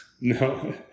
No